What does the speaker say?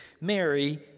Mary